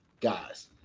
guys